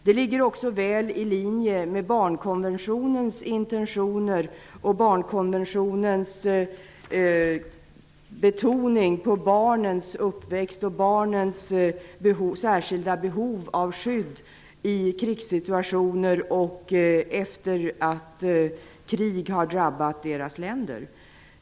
Det ligger också väl i linje med barnkonventionens intentioner och betoningen på barnens uppväxt och särskilda behov av skydd i krigssituationer och efter det att krig har drabbat deras länder.